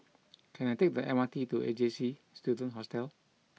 can I take the M R T to A J C Student Hostel